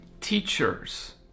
teachers